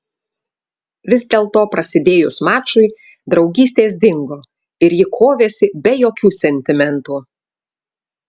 vis dėlto prasidėjus mačui draugystės dingo ir ji kovėsi be jokių sentimentų